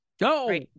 go